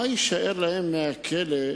מה יישאר להם מהכלא,